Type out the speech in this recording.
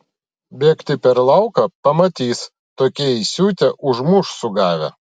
bėgti per lauką pamatys tokie įsiutę užmuš sugavę